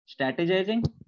strategizing